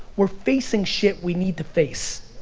we're facing shit we need to face.